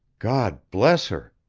god bless her!